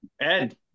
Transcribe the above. Ed